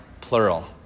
plural